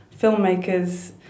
filmmakers